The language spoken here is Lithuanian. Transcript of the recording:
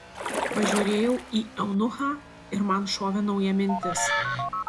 pažiūrėjau į eunuchą ir man šovė nauja mintis